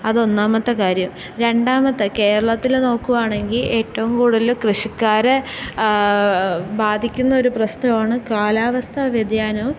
അതൊന്നാമത്തെ കാര്യം രണ്ടാമത്തെ കേരളത്തിലെ നോക്കുവാണെങ്കിൽ ഏറ്റവും കൂടുതൽ കൃഷിക്കാരെ ബാധിക്കുന്ന ഒരു പ്രശ്നവാണ് കാലാവസ്ഥ വ്യതിയാനവും